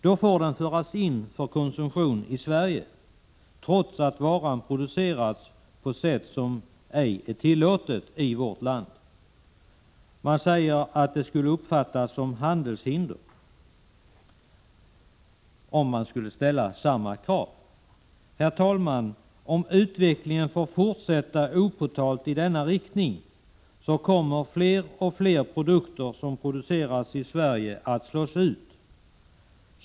Då får den föras in för konsumtion i Sverige, trots att varan producerats på sätt som ej är tillåtet i vårt land. Man säger att Prot. 1986/87:118 det skulle uppfattas som handelshinder om man skulle ställa samma krav som Herr talman! Om utvecklingen får fortsätta opåtalt i denna riktning kommer fler och fler varor som producerats i Sverige att slås ut.